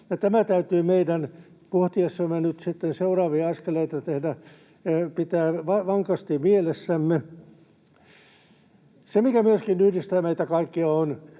tämä täytyy meidän, pohtiessamme nyt sitten seuraavia askeleita, pitää vankasti mielessämme. Se, mikä myöskin yhdistää meitä kaikkia